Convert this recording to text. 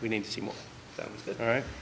we need to see more right